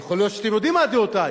יכול להיות שאתם יודעים מה דעותי.